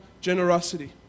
generosity